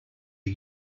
are